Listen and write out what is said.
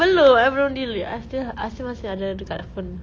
belum I belum delete I still I still masih ada kat phone